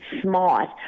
smart